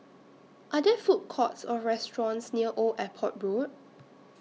Are There Food Courts Or restaurants near Old Airport Road